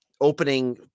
opening